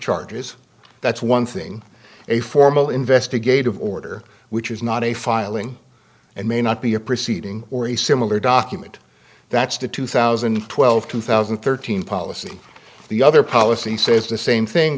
charges that's one thing a formal investigative order which is not a filing and may not be a proceeding or a similar document that's to two thousand and twelve two thousand and thirteen policy the other policy says the same thing